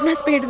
and speak